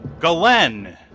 Galen